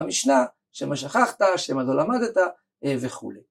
המשנה, שמא שכחת, שמא לא למדת וכולי